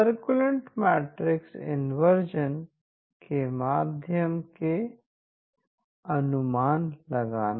circle and matrix inversion के माध्यम से अनुमान लगाना